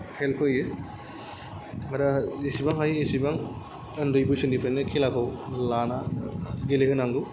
help होयो आरो जेसेबां हायो एसेबां ओन्दै बैसोनिफ्रायनो खेलाखौ लाना गेलेहोनांगौ